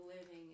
living